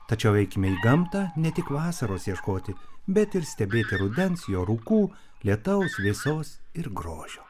tačiau eikime į gamtą ne tik vasaros ieškoti bet ir stebėti rudens jo rūkų lietaus vėsos ir grožio